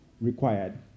required